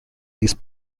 these